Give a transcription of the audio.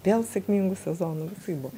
vėl sėkmingų sezonų visaip buvo